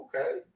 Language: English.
okay